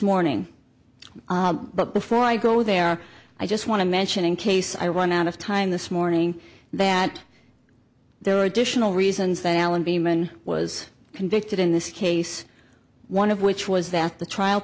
morning but before i go there i just want to mention in case i run out of time this morning that there are additional reasons that alan beeman was convicted in this case one of which was that the trial